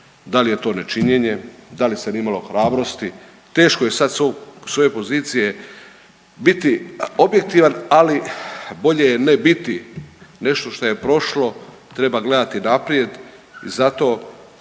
Da li je to nečinjene? Da li se nije imalo hrabrosti? Teško je sad sa ove pozicije biti objektivan, ali bolje je ne biti nešto što je prošlo. Treba gledati naprijed i zato